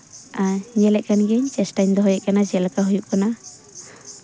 ᱟ ᱧᱮᱞᱮᱫ ᱠᱟᱱ ᱜᱤᱭᱟᱹᱧ ᱪᱮᱥᱴᱟᱧ ᱫᱚᱦᱚᱭᱮᱫ ᱠᱟᱱᱟ ᱪᱮᱫ ᱞᱮᱠᱟ ᱦᱩᱭᱩᱜ ᱠᱟᱱᱟ